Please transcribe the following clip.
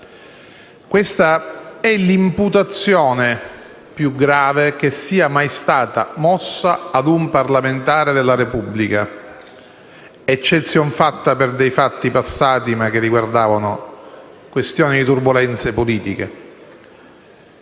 tratta dell'imputazione più grave che sia mai stata mossa a un parlamentare della Repubblica, eccezion fatta per dei fatti passati, che però riguardavano questioni di turbolenze politiche.